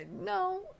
No